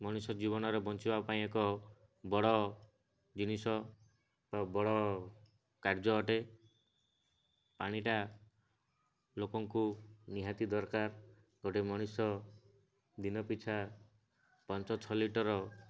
ମଣିଷ ଜୀବନରେ ବଞ୍ଚିବା ପାଇଁ ଏକ ବଡ଼ ଜିନିଷ ବା ବଡ଼ କାର୍ଯ୍ୟ ଅଟେ ପାଣିଟା ଲୋକଙ୍କୁ ନିହାତି ଦରକାର ଗୋଟେ ମଣିଷ ଦିନ ପିଛା ପାଞ୍ଚ ଛଅ ଲିଟର